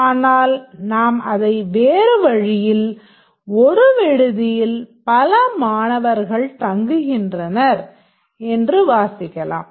ஆனால் நாம் அதை வேறு வழியில் ஒரு விடுதியில் பல மாணவர்கள் தங்குகின்றனர் என்று வாசிக்கலாம்